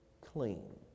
clean